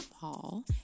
Paul